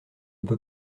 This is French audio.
peut